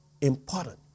important